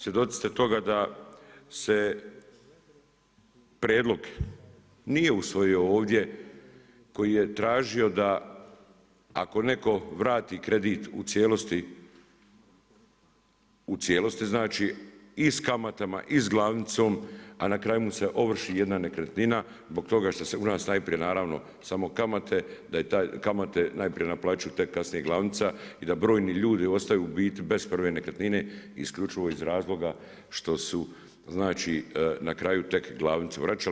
Svjedoci ste toga da se prijedlog nije usvojio ovdje koji je tražio, da ako netko vrati kredit u cijelosti, i s kamatama i sa glavnicom, a na kraju mu se ovrši jedna nekretnina, zbog toga što se u nas najprije naravno, samo kamate, najprije naplaćuju tek kasnije glavnica i da brojni ljudi ostaju u biti bez prve nekretnine, isključivo iz razloga što su znači na kraju tek glavnice vračali.